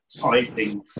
typing